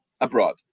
abroad